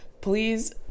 please